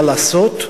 מה לעשות,